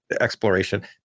exploration